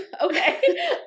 okay